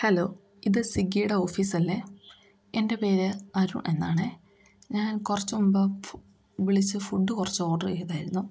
hello ഇത് സ്വിഗ്ഗിയുടെ ഓഫീസല്ലെ എൻ്റെ പേര് അരു എന്നാണെ ഞാൻ കുറച്ചു മുൻപ് ഫൊ വിളിച്ച് ഫുഡ് കുറച്ച് ഓർഡർ ചെയ്തായിരു ന്നു